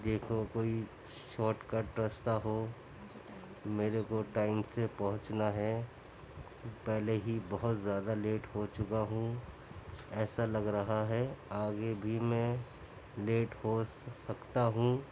دیکھو کوئی shortcut رستہ ہو میرے کو ٹائم سے پہنچنا ہے پہلے ہی بہت زیادہ لیٹ ہو چکا ہوں ایسا لگ رہا ہے آگے بھی میں لیٹ ہو سکتا ہوں